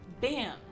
Bam